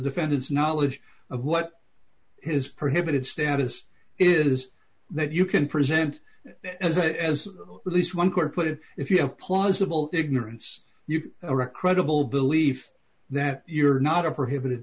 defendant's knowledge of what his prohibited status is that you can present as it has at least one court put it if you have plausible ignorance you are a credible belief that you're not a prohibited